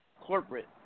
corporate